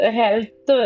health